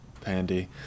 pandy